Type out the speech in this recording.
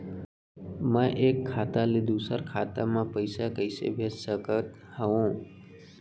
मैं एक खाता ले दूसर खाता मा पइसा कइसे भेज सकत हओं?